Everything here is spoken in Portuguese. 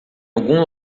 algum